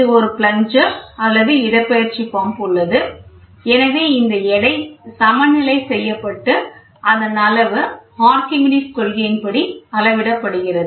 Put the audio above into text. ஒரு பிளக்ஜர் அல்லது இடப்பெயர்ச்சி பம்ப் உள்ளது எனவே இந்த எடை சமநிலை செய்யப்பட்டு அதன் அளவு ஆர்க்கிமிடிஸ் கொள்கையின் படி அளவிடப்படுகிறது